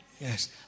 yes